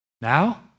Now